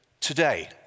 today